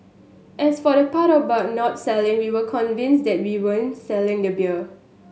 as for the part about not selling we were convinced that we weren't selling the beer